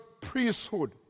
priesthood